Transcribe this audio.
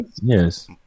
Yes